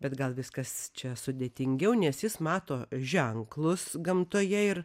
bet gal viskas čia sudėtingiau nes jis mato ženklus gamtoje ir